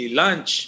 lunch